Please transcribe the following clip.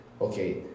okay